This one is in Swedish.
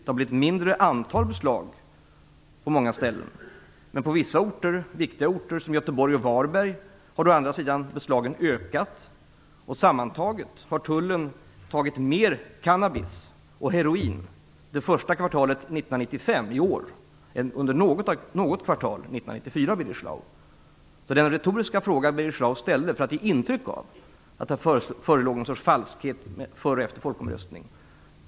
Det har blivit mindre antal beslag på många ställen, men på vissa viktiga orter som Göteborg och Varberg har å andra sidan beslagen ökat. Sammantaget har tullen tagit mer cannabis och heroin det första kvartalet 1995 än under något kvartal 1994, Birger Schlaug. Birger Schlaug ställde en retorisk fråga för att ge inryck av att det förelåg något slags falskhet före och efter folkomröstningen.